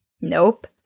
Nope